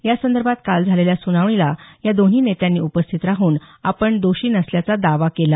या संदर्भात काल झालेल्या सुनावणीला या दोन्ही नेत्यांनी उपस्थित राहून आपण दोषी नसल्याचा दावा केला